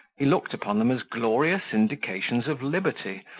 he looked upon them as glorious indications of liberty,